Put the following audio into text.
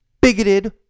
bigoted